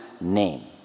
name